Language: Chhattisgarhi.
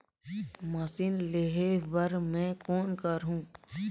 मशीन लेहे बर मै कौन करहूं?